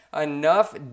enough